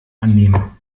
annehmen